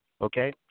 okay